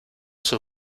sus